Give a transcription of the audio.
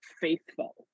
faithful